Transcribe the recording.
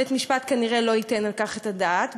בית-משפט כנראה לא ייתן על כך את הדעת,